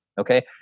Okay